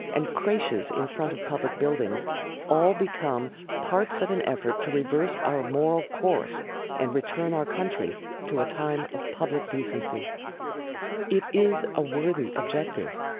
and creches in front of public buildings all become parts of an effort to reverse our moral course and return our country to a time of public decency it is a worthy objective.